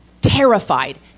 terrified